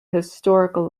historical